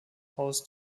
haus